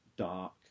dark